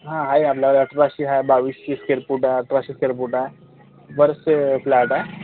हं आहे आपल्याक एकवीसशे बावीसशे स्केअर फूट आहे अठराशे स्केअर फूट आहे बरंचसे फ्लॅट आहे